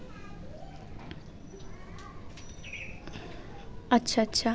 আচ্ছা আচ্ছা